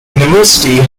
university